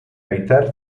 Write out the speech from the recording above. evitar